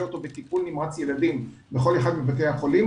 אותו בטיפול נמרץ ילדים בכל אחד מבתי החולים,